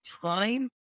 time